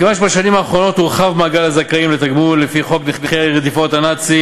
בשנים האחרונות הורחב מעגל הזכאים לתגמול לפי חוק נכי רדיפות הנאצים,